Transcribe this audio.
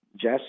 Jess